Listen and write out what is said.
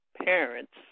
parents